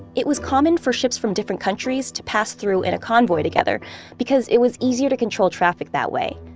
it was common for ships from different countries to pass through in a convoy together because it was easier to control traffic that way.